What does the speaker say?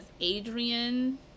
adrian